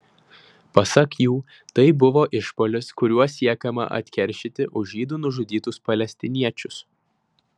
pasak jų tai buvo išpuolis kuriuo siekiama atkeršyti už žydų nužudytus palestiniečius